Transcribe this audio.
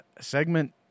Segment